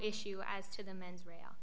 issue as to the mens rail